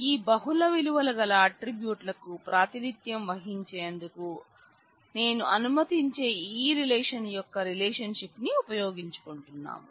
ఈ బహుళ విలువగల ఆట్రిబ్యూట్ కు ప్రాతినిధ్యం వహించేందుకు నేను అనుమతించే ఈ రిలేషన్ యొక్క రిలేషన్షిప్ ని ఉపయోగించుకుంటున్నాం